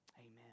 amen